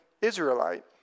Israelite